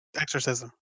exorcism